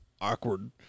awkward